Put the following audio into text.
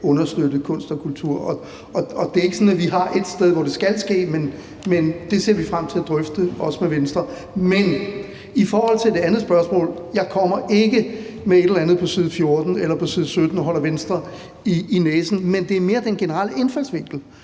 understøtte kunst og kultur. Det er ikke sådan, at vi har ét sted, hvor det skal ske, men det ser vi frem til at drøfte, også med Venstre. Men i forhold til det andet spørgsmål vil jeg sige, at jeg ikke kommer med et eller andet på side 14 eller på side 17 og holder Venstre op på det, men det er mere den generelle indfaldsvinkel,